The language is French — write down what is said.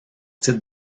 titre